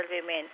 women